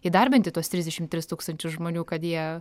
įdarbinti tuos trisdešimt tris tūkstančius žmonių kad jie